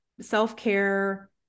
self-care